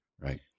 right